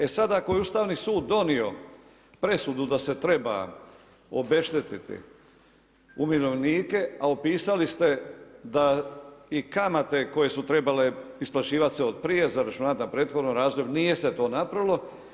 E sad ako je Ustavni sud donio presudu da se treba obeštetiti umirovljenike, a opisali ste da i kamate koje su trebale isplaćivat se od prije, zaračunat na prethodnom razdoblju nije se to napravilo.